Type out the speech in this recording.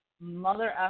mother